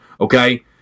okay